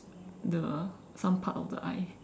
the some part of the eye